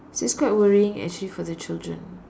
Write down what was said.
so it's quite worrying actually for the children